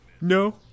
No